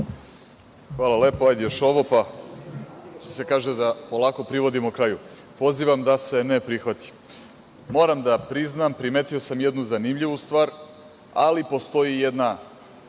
Hvala lepo. Još ovo, pa da polako privodimo kraju. Pozivam da se ne prihvati. Moram da priznam primetio sam jednu zanimljivu stvar, ali postoji jedna